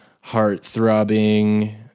heart-throbbing